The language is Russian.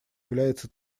является